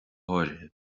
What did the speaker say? háirithe